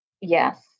Yes